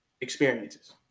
experiences